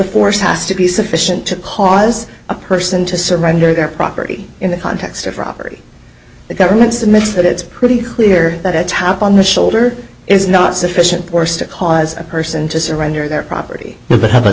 force has to be sufficient to cause a person to surrender their property in the context of robbery the government's admits that it's pretty clear that a tap on the shoulder is not sufficient force to cause a person to surrender their property but h